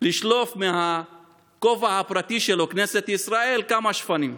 לשלוף מהכובע הפרטי שלו, כנסת ישראל, כמה שפנים,